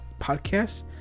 podcast